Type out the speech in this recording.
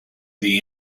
the